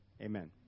Amen